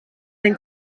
den